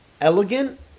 elegant